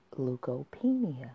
leukopenia